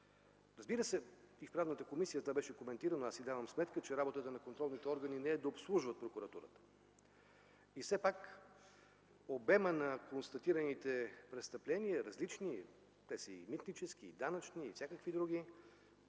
Разбира се, и в Правната комисия това беше коментирано – аз си давам сметка, че работата на контролните органи не е да обслужва прокуратурата. Все пак обемът на констатираните престъпления, различни – и митнически, и данъчни, и всякакви други,